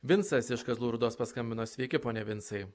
vincas iš kazlų rūdos paskambino sveiki pone vincai